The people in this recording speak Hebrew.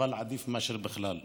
אבל עדיף מאשר בכלל לא.